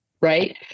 right